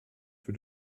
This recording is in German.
für